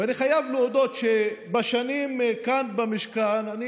ואני חייב להודות שבשנים כאן במשכן אני